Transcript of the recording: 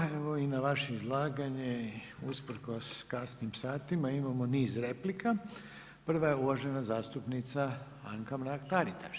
Evo i na vaše izlaganje usprkos kasnim satima imamo niz replika, prva je uvažena zastupnica Anka Mrak-Taritaš.